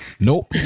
nope